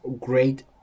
great